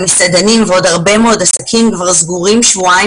המסעדנים ועוד הרבה מאוד עסקים כבר סגורים שבועיים